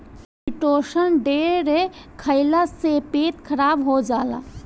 chitosan ढेर खईला से पेट खराब हो जाला